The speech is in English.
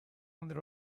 under